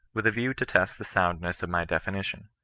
with a view to test the soundness of my definition.